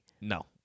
No